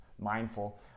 mindful